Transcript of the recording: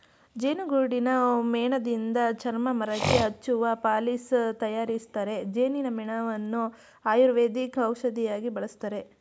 ಜೇನುಗೂಡಿನ ಮೇಣದಿಂದ ಚರ್ಮ, ಮರಕ್ಕೆ ಹಚ್ಚುವ ಪಾಲಿಶ್ ತರಯಾರಿಸ್ತರೆ, ಜೇನಿನ ಮೇಣವನ್ನು ಆಯುರ್ವೇದಿಕ್ ಔಷಧಿಯಾಗಿ ಬಳಸ್ತರೆ